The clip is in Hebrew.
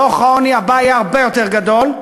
דוח העוני הבא יהיה הרבה יותר גדול,